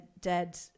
dead